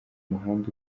muhanda